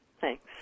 Thanks